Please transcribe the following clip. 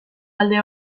alde